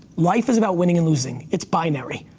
life is about winning and losing. it's binary,